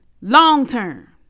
long-term